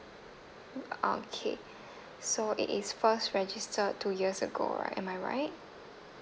okay so it is first registered two years ago right am I right